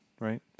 right